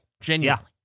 Genuinely